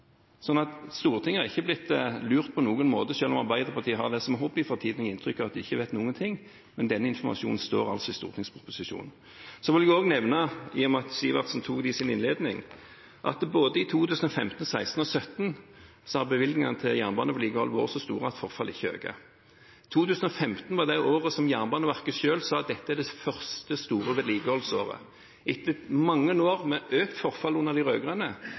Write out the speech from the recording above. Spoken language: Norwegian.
Stortinget har ikke blitt lurt på noen måte, selv om Arbeiderpartiet har det som hobby for tiden å gi inntrykk av at de ikke vet noen ting, men den informasjonen står altså i stortingsproposisjonen. Så vil jeg også nevne, i og med at Sivertsen tok det opp i sin innledning, at i både 2015, 2016 og 2017 har bevilgningene til jernbanen likevel vært så store at forfallet ikke øker. 2015 var det året Jernbaneverket selv sa at dette er det første store vedlikeholdsåret. Etter mange år med økt forfall under de